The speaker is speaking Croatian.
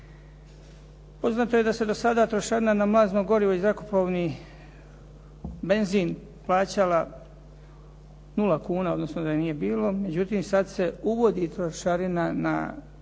Poznato je da se do sada trošarina na mlazno gorivo i zrakoplovni benzin plaćala 0 kuna, odnosno da je nije bilo, međutim, sad se uvodi trošarina na